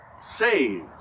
saved